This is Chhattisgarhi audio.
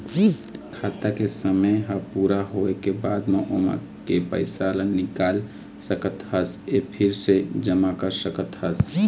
खाता के समे ह पूरा होए के बाद म ओमा के पइसा ल निकाल सकत हस य फिर से जमा कर सकत हस